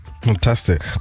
Fantastic